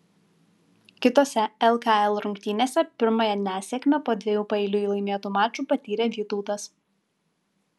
kitose lkl rungtynėse pirmąją nesėkmę po dviejų paeiliui laimėtų mačų patyrė vytautas